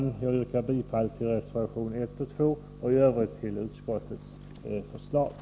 Jag yrkar bifall till reservationerna 1 och 2 och i övrigt till utskottets hemställan.